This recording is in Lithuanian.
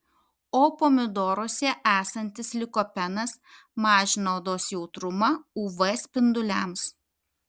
o pomidoruose esantis likopenas mažina odos jautrumą uv spinduliams